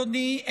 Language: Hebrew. אדוני,